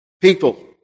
people